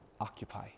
occupy